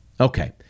Okay